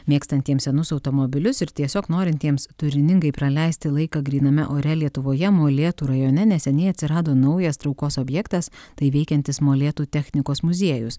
mėgstantiems senus automobilius ir tiesiog norintiems turiningai praleisti laiką gryname ore lietuvoje molėtų rajone neseniai atsirado naujas traukos objektas tai veikiantis molėtų technikos muziejus